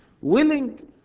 Willing